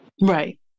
Right